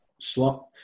slot